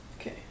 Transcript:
Okay